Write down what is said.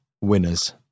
winners